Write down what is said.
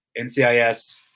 NCIS